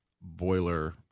boiler